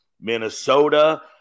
Minnesota